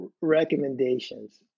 recommendations